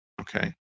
okay